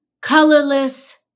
Colorless